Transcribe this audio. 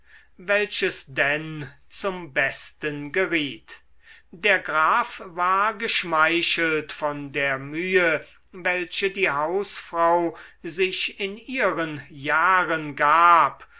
welches denn zum besten geriet der graf war geschmeichelt von der mühe welche die hausfrau sich in ihren jahren gab